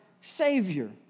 Savior